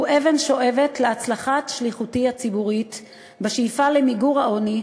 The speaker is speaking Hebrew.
הוא אבן שואבת להצלחת שליחותי הציבורית בשאיפה למיגור העוני,